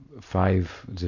five